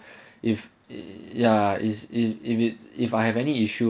if ya is it if it's if I have any issue